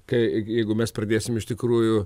kai jeigu mes pradėsim iš tikrųjų